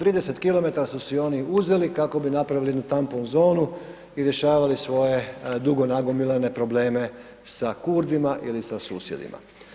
30km su si oni uzeli kako bi napravili jednu tampon zonu i rješavali svoje dugo nagomilane probleme sa Kurdima ili sa susjedima.